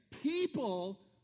people